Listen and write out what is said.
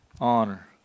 honor